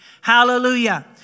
Hallelujah